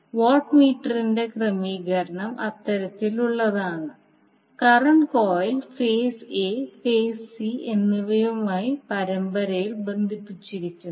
what മീറ്ററിന്റെ ക്രമീകരണം അത്തരത്തിലുള്ളതാണ് current coil phase a phase C എന്നിവയുമായി പരമ്പരയിൽ ബന്ധിപ്പിച്ചിരിക്കുന്നു